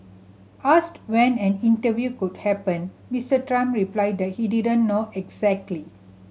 asked when an interview could happen Mister Trump replied that he didn't know exactly